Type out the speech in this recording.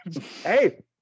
hey